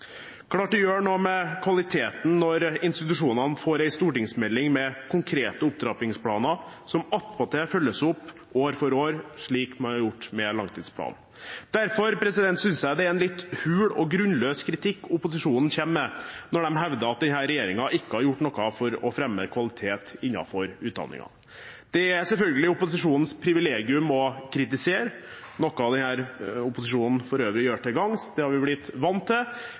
klart det gjør noe med kvaliteten når institusjonene får en stortingsmelding med konkrete opptrappingsplaner, som attpåtil følges opp år for år, slik man har gjort med langtidsplanen. Derfor synes jeg det er en litt hul og grunnløs kritikk opposisjon kommer med når de hevder at denne regjeringen ikke har gjort noe for å fremme kvalitet innenfor utdanningen. Det er selvfølgelig opposisjonens privilegium å kritisere – noe som denne opposisjonen for øvrig gjør til gangs, det har vi blitt vant til